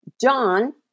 John